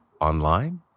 online